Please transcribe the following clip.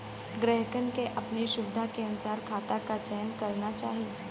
ग्राहकन के अपने सुविधा के अनुसार खाता क चयन करना चाही